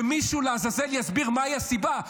שמישהו לעזאזל יסביר מהי הסיבה,